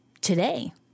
today